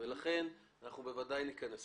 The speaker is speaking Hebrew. ולכן אנחנו בוודאי ניכנס לזה.